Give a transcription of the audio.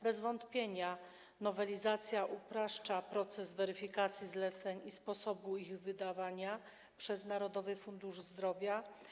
Bez wątpienia nowelizacja upraszcza proces weryfikacji zleceń i sposobu ich wydawania przez Narodowy Fundusz Zdrowia.